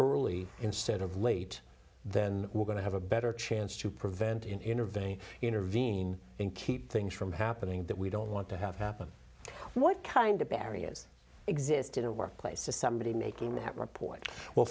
early instead of late then we're going to have a better chance to prevent intervene intervene and keep things from happening that we don't want to have happen what kind of barriers exist in a workplace to somebody making that report well